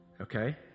Okay